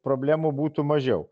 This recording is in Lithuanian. problemų būtų mažiau